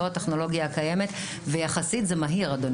זו הטכנולוגיה הקיימת ויחסית זה מהיר, אדוני.